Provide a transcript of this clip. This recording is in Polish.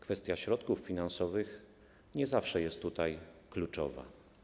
Kwestia środków finansowych nie zawsze jest tutaj kluczowa.